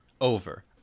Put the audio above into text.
over